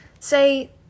say